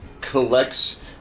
collects